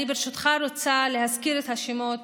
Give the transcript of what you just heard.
ברשותך, אני רוצה להזכיר את השמות